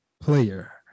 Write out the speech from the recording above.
player